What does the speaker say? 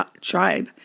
tribe